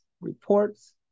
reports